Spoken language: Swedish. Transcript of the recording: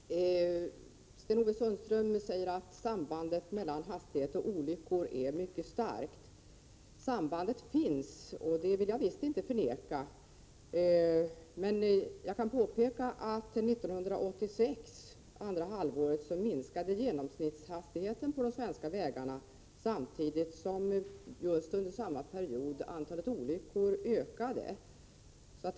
Herr talman! Sten-Ove Sundström säger att sambandet mellan hög hastighet och olyckor är mycket starkt. Det sambandet finns — det vill jag inte förneka — men jag kan påpeka att genomsnittshastigheten på de svenska vägarna minskade under andra halvåret 1986, samtidigt som antalet olyckor ökade under samma period.